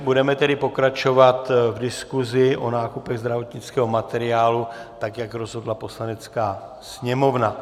Budeme tedy pokračovat v diskuzi o nákupech zdravotnického materiálu, tak jak rozhodla Poslanecká sněmovna.